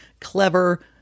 clever